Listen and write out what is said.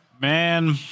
Man